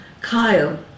Kyle